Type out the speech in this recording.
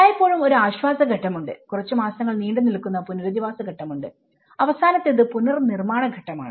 എല്ലായ്പ്പോഴും ഒരു ആശ്വാസ ഘട്ടമുണ്ട്കുറച്ചു മാസങ്ങൾ നീണ്ടു നിൽക്കുന്ന പുനരധിവാസ ഘട്ടമുണ്ട് അവസാനത്തേത് പുനർനിർമ്മാണ ഘട്ടമാണ്